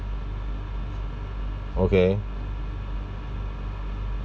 okay